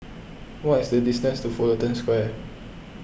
what is the distance to Fullerton Square